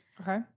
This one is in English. Okay